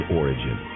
origin